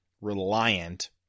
reliant